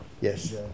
Yes